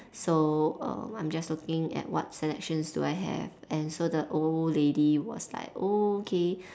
so um I'm just looking at what selections do I have and so the old lady was like oh okay